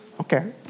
Okay